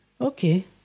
okay